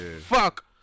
fuck